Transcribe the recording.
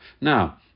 now